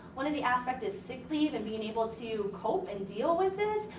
one of the aspects is sick leave and being able to cope and deal with this.